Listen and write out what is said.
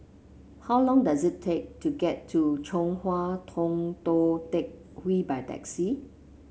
how long does it take to get to Chong Hua Tong Tou Teck Hwee by taxi